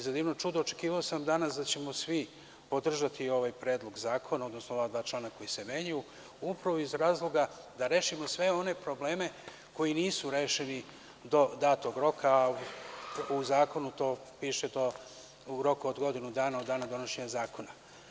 Za divno čudo, očekivao sam danas da ćemo svi podržati ovaj predlog zakona, odnosno ova dva člana koja se menjaju, upravo iz razloga da rešimo sve one probleme koji nisu rešeni do datog roka, a u zakonu piše u roku od godinu dana od dana donošenja zakona.